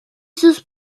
sus